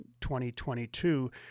2022